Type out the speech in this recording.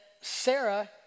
Sarah